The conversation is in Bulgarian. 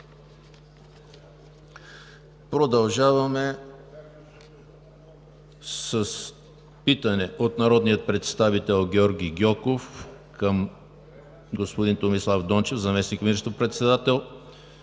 Продължаваме с питане от народния представител Георги Гьоков към господин Томислав Дончев – заместник министър председател,